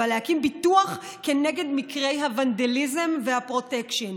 להקים ביטוח כנגד מקרי הוונדליזם והפרוטקשן,